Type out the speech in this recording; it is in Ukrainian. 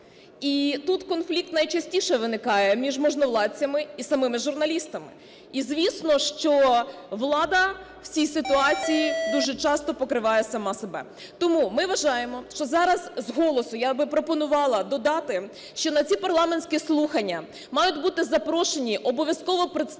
і тут конфлікт найчастіше виникає між можновладцями і самими журналістами. І, звісно, що влада в цій ситуації дуже часто покриває сама себе. Тому ми вважаємо, що зараз з голосу я би пропонувала додати, що на ці парламентські слухання мають бути запрошені обов'язково представники